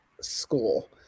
school